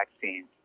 vaccines